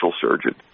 surgeon